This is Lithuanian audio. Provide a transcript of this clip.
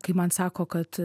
kai man sako kad